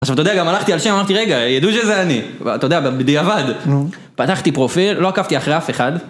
עכשיו, אתה יודע, גם הלכתי על שם, אמרתי, רגע, יידעו שזה אני. אתה יודע, בדיעבד. פתחתי פרופיל, לא עקבתי אחרי אף אחד.